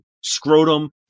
Scrotum